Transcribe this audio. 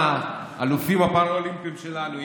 האלופים הפראלימפיים שלנו,